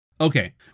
Okay